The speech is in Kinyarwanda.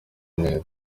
neza